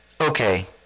okay